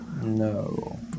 no